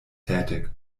tätig